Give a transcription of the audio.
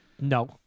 No